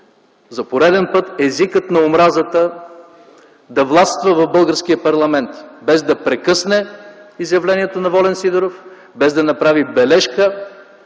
за пореден път езикът на омразата да властва в българския парламент, без да прекъсне изявлението на Волен Сидеров, без да направи бележка